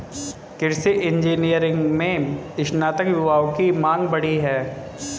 कृषि इंजीनियरिंग में स्नातक युवाओं की मांग बढ़ी है